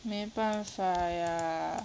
没办法呀